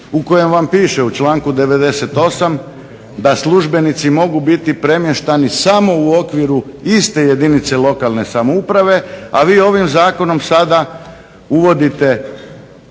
u kojem vam piše u članku 98. da službenici mogu biti premještani samo u okviru iste jedinice lokalne samouprave, a vi ovim zakonom sada uvodite